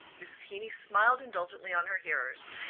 mrs. heeny smiled indulgently on her hearers.